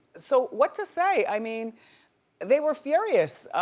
so what to say? i mean they were furious.